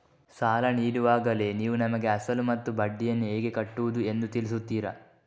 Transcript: ಸಾಲ ನೀಡುವಾಗಲೇ ನೀವು ನಮಗೆ ಅಸಲು ಮತ್ತು ಬಡ್ಡಿಯನ್ನು ಹೇಗೆ ಕಟ್ಟುವುದು ಎಂದು ತಿಳಿಸುತ್ತೀರಾ?